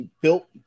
built